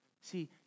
See